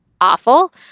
awful